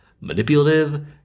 Manipulative